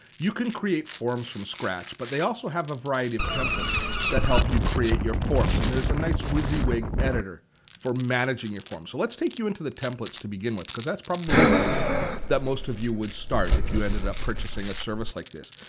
you can create forms from scratch but they also have a variety of templates that help you create your forms. and there's a nice whizzywig editor for managing your forms. so let's take you into the templates to begin with because that's probably the place that most of you would start if you ended up purchasing a service like this.